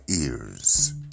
ears